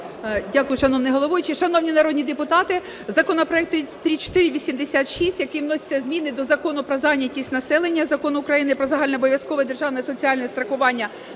Дякую, шановний головуючий. Шановні народні депутати, законопроект 3486, яким вносяться зміни до Закону про зайнятість населення Закону України "Про загальнообов'язкове державне соціальне страхування